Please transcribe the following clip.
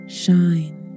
shine